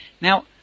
Now